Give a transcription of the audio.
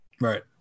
Right